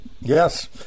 Yes